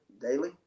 daily